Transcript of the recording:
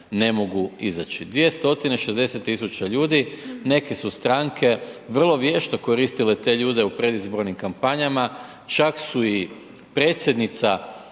ne mogu izaći 260 000 ljudi neke su stranke vrlo vješto koristile te ljude u predizbornim kampanjama, čak su i predsjednica,